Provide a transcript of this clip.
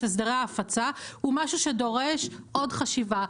הסדרי ההפצה הוא משהו שדורש עוד חשיבה.